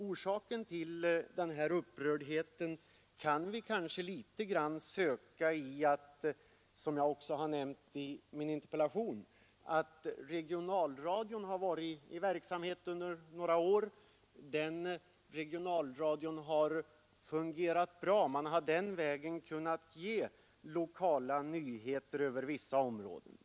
Orsaken till den upprördheten kan vi kanske i någon mån söka i att — som jag också har nämnt i min interpellation — regionalradion har varit i verksamhet under några år. Den regionala radion har fungerat bra. Man har den vägen kunnat ge lokala nyheter över vissa områden.